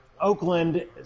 Oakland